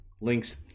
links